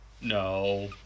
No